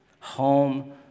home